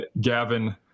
Gavin